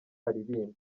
aririmba